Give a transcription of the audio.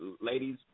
ladies